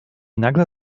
nagle